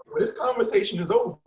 this conversation is over,